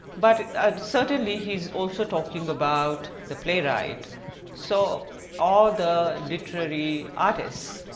but certainly he's also talking about the playwright so or the literary artist.